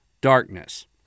darkness